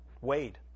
Wade